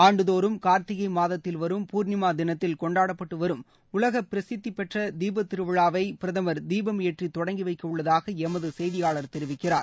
ஆண்டுதோறும் கார்த்திகை மாதத்தில் வரும் பூர்ணிமா தினத்தில் கொண்டாடப்பட்டு வரும் உலக பிரசித்தி பெற்ற தீபத்திருவிழாவை பிரதமர் தீபம் ஏற்றி தொடங்கி வைக்க உள்ளதாக எமது செய்தியாளர் தெரிவிக்கிறார்